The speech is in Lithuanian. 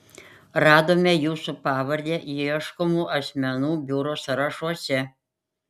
radome jūsų pavardę ieškomų asmenų biuro sąrašuose